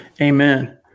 Amen